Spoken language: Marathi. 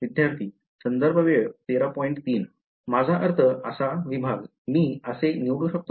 माझा अर्थ असा विभाग मी असे निवडू शकतो